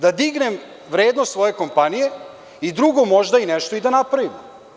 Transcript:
Da dignem vrednost svoje kompanije i drugo možda i nešto i da napravim.